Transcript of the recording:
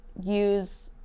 use